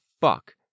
fuck